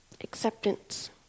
acceptance